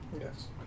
yes